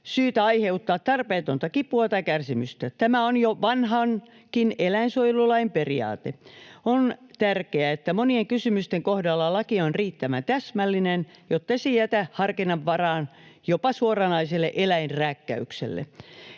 syytä aiheuttaa tarpeetonta kipua tai kärsimystä. Tämä on jo vanhankin eläinsuojelulain periaate. On tärkeää, että monien kysymysten kohdalla laki on riittävän täsmällinen, jottei se jätä harkinnan varaa jopa suoranaiselle eläinrääkkäykselle.